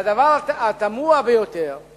אני חושב שהדבר התמוה ביותר הוא